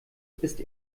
ist